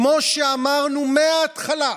כמו שאמרנו מההתחלה,